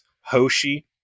Hoshi